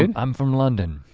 and i'm from london.